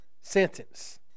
sentence